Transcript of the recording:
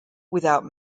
without